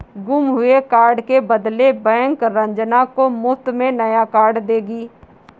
गुम हुए कार्ड के बदले बैंक रंजना को मुफ्त में नया कार्ड देगी